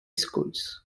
schools